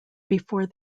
before